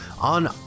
on